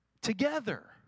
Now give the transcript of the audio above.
together